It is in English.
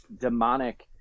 demonic